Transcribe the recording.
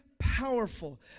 Powerful